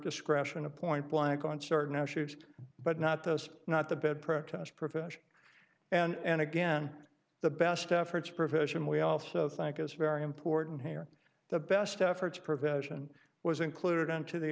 discretion to point blank on certain issues but not those not the bed protest profession and again the best efforts profession we also think is very important here the best efforts provision was included into the